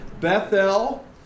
Bethel